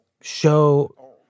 show